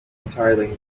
entirely